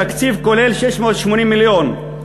תקציב כולל, 680 מיליון.